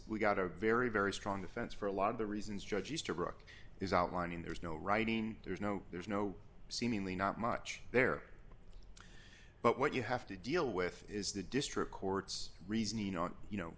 we've got a very very strong defense for a lot of the reasons judge easterbrook is outlining there's no writing there's no there's no seemingly not much there but what you have to deal with is the district court's reasoning on you know